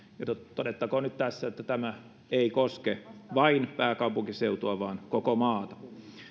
todettakoon nyt tässä että tämä ei koske vain pääkaupunkiseutua vaan koko maata